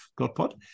GodPod